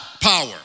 power